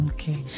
Okay